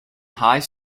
high